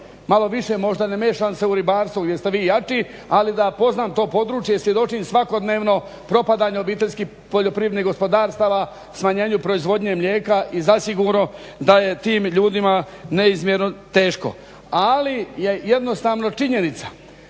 Malo više možda ne miješam se u ribarstvo gdje ste vi jači ali da poznam to područje i svjedočim svakodnevno propadanje OPG-a smanjenju proizvodnje mlijeka i zasigurno da je tim ljudima neizmjerno teško. Ali je jednostavno činjenica